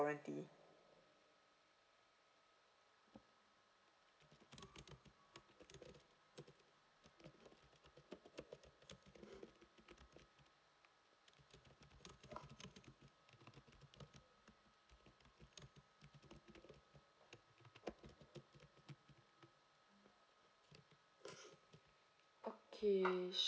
warranty okay sure